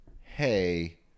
Hey